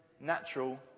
natural